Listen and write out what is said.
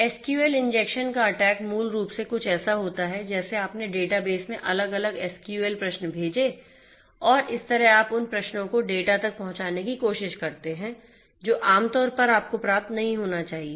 SQL injection का attack मूल रूप से कुछ ऐसा होता है जैसे आपने डेटाबेस में अलग अलग एसक्यूएल प्रश्न भेजे और इस तरह आप उन प्रश्नों को डेटा तक पहुंचाने की कोशिश करते हैं जो आम तौर पर आपको प्राप्त नहीं होना चाहिए